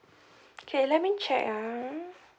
okay let me check ah